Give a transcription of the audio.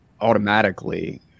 automatically